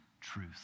truth